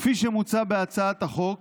כפי שמוצע בהצעת החוק,